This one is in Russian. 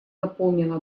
наполнено